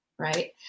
Right